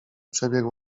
przebiegł